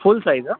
full size a